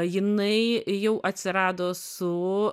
jinai jau atsirado su